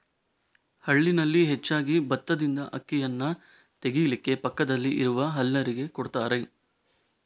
ಹಳ್ಳಿನಲ್ಲಿ ಹೆಚ್ಚಾಗಿ ಬತ್ತದಿಂದ ಅಕ್ಕಿಯನ್ನ ತೆಗೀಲಿಕ್ಕೆ ಪಕ್ಕದಲ್ಲಿ ಇರುವ ಹಲ್ಲರಿಗೆ ಕೊಡ್ತಾರೆ